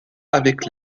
avec